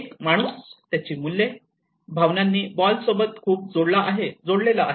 एक माणूस त्याची मूल्ये भावनांनी बॉल सोबत खूप जोडलेला आहे